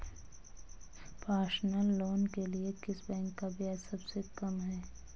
Personal loan के लिए किस बैंक का ब्याज सबसे कम है?